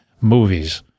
movies